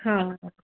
ਹਾਂ